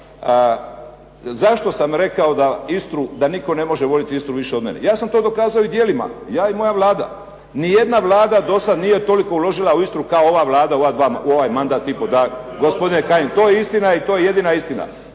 zašto sam rekao da nitko ne može voljeti Istru više od mene? Ja sam to dokazao i djelima, ja i moja Vlada. Ni jedna Vlada do sad nije toliko uložila u Istru kao ova Vlada u ovaj mandat i pol. Gospodine Kajin, to je istina i to je jedina istina.